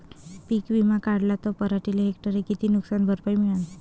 पीक विमा काढला त पराटीले हेक्टरी किती नुकसान भरपाई मिळीनं?